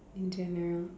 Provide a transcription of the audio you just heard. in general